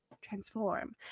transform